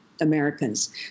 Americans